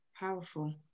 powerful